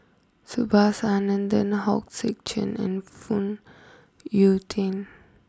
Subhas Anandan Hong Sek Chern and Phoon Yew Tien